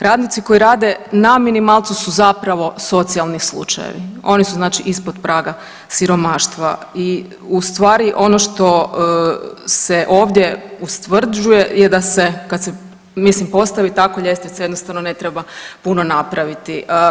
Radnici koji rade na minimalcu su zapravo socijalni slučajevi, oni su znači ispod praga siromaštva i ustvari ono što se ovdje ustvrđuje je da se kad se postavi tako ljestvica jednostavno ne treba puno napraviti.